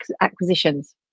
acquisitions